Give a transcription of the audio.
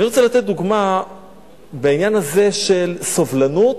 אני רוצה לתת דוגמה בעניין הזה של סובלנות,